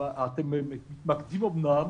שאתם מתמקדים אומנם